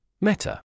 Meta